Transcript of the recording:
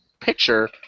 picture